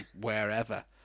wherever